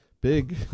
big